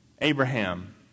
Abraham